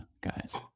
guys